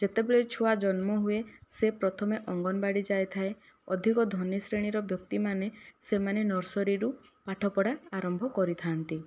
ଯେତେବେଳେ ଛୁଆ ଜନ୍ମ ହୁଏ ସେ ପ୍ରଥମେ ଅଙ୍ଗନବାଡି ଯାଇଥାଏ ଅଧିକ ଧନୀ ଶ୍ରେଣୀର ବ୍ୟକ୍ତି ମାନେ ସେମାନେ ନର୍ସରୀ ରୁ ପାଠ ପଢ଼ା ଆରମ୍ଭ କରିଥାନ୍ତି